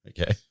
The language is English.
Okay